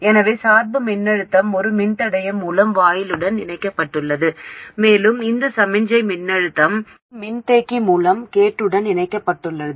எனவே சார்பு மின்னழுத்தம் ஒரு மின்தடையம் மூலம் வாயிலுடன் இணைக்கப்பட்டுள்ளது மேலும் இந்த சமிக்ஞை மின்னழுத்தம் ஒரு மின்தேக்கி மூலம் கேட்டுடன் இணைக்கப்பட்டுள்ளது